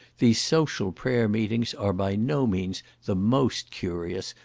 these social prayer meetings are by no means the most curious,